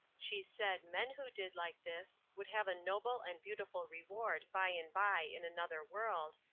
she said men who did like this would have a noble and beautiful reward by and by in another world,